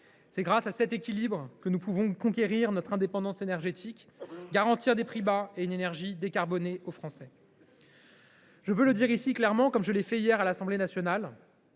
C’est grâce à cet équilibre que nous pourrons conquérir notre indépendance énergétique et garantir aux Français des prix bas et une énergie décarbonée. Je veux le dire ici clairement, comme je l’ai fait hier à l’Assemblée nationale